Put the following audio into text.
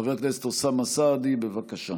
חבר הכנסת אוסאמה סעדי, בבקשה.